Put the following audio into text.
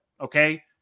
Okay